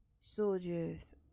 soldiers